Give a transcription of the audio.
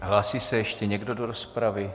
Hlásí se ještě někdo do rozpravy?